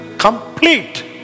Complete